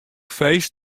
feest